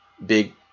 Big